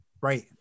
Right